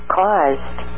caused